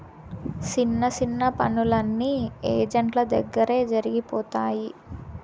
సిన్న సిన్న పనులన్నీ ఏజెంట్ల దగ్గరే జరిగిపోతాయి